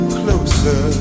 closer